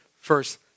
first